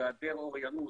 היעדר אוריינות,